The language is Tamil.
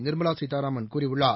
நிர்மலாசீதாராமன் கூறியுள்ளார்